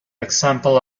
example